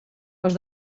els